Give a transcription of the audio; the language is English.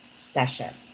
session